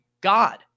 God